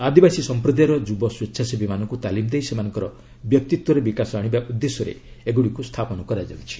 ଆଦିବାସୀ ସମ୍ପ୍ରଦାୟର ଯୁବ ସ୍ୱଚ୍ଛାସେବୀମାନଙ୍କୁ ତାଲିମ ଦେଇ ସେମାନଙ୍କର ବ୍ୟକ୍ତିତ୍ୱରେ ବିକାଶ ଆଶିବା ଉଦ୍ଦେଶ୍ୟରେ ଏଗୁଡ଼ିକ ସ୍ଥାପନ କରାଯାଉଛି